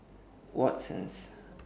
Watsons